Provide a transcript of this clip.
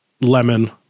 Lemon